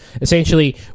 Essentially